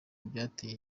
byateye